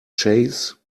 chase